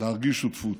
להרגיש שותפות.